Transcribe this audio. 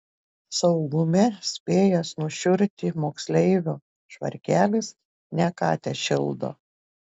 saugume spėjęs nušiurti moksleivio švarkelis ne ką tešildo